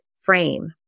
frame